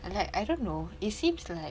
like I don't know it seems like